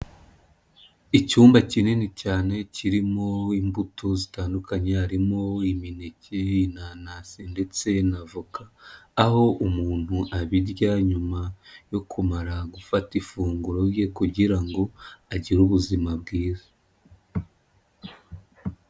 Icyumba kinini cyane kirimo imbuto zitandukanye harimo imineke, inanasi ndetse na voka, aho umuntu abirya nyuma yo kumara gufata ifunguro rye kugira ngo agire ubuzima bwiza.